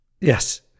Yes